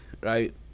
right